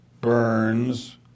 Burns